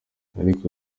ariko